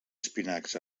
espinacs